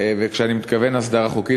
וכשאני אומר "הסדרה חוקית",